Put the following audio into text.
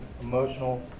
emotional